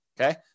Okay